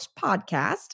podcast